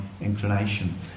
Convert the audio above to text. inclination